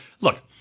look